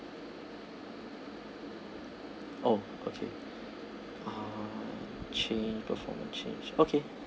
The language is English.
oh okay uh change perform a change okay